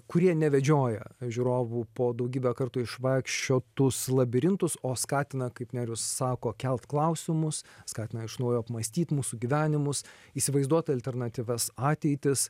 kurie nevedžioja žiūrovų po daugybę kartų išvaikščiotus labirintus o skatina kaip nerijus sako kelt klausimus skatina iš naujo apmąstyt mūsų gyvenimus įsivaizduot alternatyvias ateitis